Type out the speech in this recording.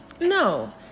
No